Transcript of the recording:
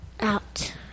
Out